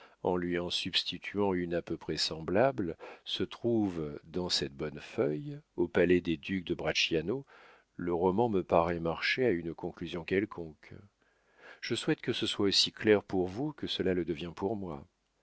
en lui en substituant une à peu près semblable se trouve dans cette bonne feuille au palais des ducs de bracciano le roman me paraît marcher à une conclusion quelconque je souhaite que cela soit aussi clair pour vous que cela le devient pour moi